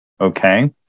Okay